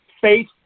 faith